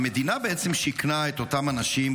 המדינה בעצם שיכנה את אותם אנשים.